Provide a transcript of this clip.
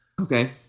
okay